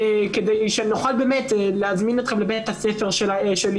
כדי שנוכל להזמין אתכם לבית הספר שלי,